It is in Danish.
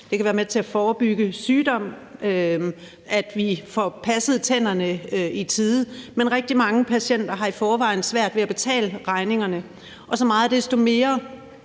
Det kan være med til at forebygge sygdom, at vi får passet tænderne i tide, men rigtig mange patienter har i forvejen svært ved at betale regningerne, og så meget desto mere